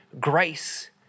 grace